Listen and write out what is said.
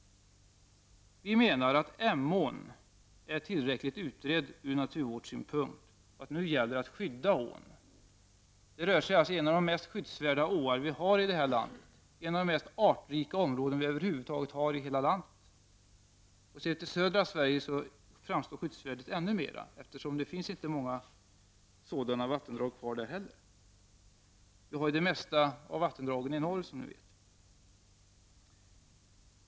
Vi menar att Emån är tillräckligt utredd ur naturvårdssynpunkt och att det nu gäller att skydda ån. Det rör sig alltså om en av de mest skyddsvärda åar vi har i detta land i ett av de mest artrika områdena. Sett till södra Sverige framstår skyddsvärdet ännu mer, eftersom det inte finns många sådana vattendrag kvar där. De flesta vattendragen finns i norr, som alla vet.